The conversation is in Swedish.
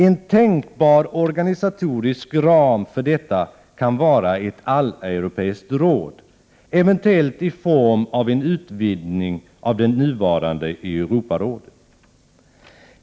En tänkbar organisatorisk ram för detta kan vara ett alleuropeiskt råd, eventuellt i form av en utvidgning av det nuvarande Europarådet.